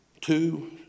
Two